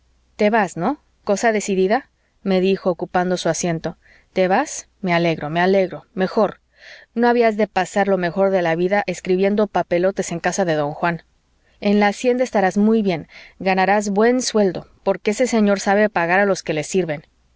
te vas no cosa decidida me dijo ocupando su asiento te vas me alegro me alegro mejor no habías de pasarte lo mejor de la vida escribiendo papelotes en casa de don juan en la hacienda estarás muy bien ganarás buen sueldo porque ese señor sabe pagar a los que le sirven